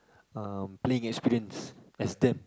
um playing experience as them